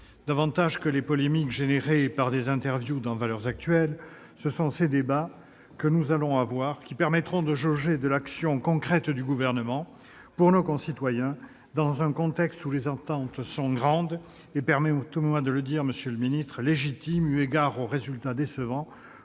Davantage que les polémiques suscitées par des entretiens accordés à, ce sont les débats que nous entamons qui permettront de jauger l'action concrète du Gouvernement pour nos concitoyens, dans un contexte où les attentes sont grandes et- permettez-moi de le dire, monsieur le ministre -légitimes eu égard aux résultats décevants,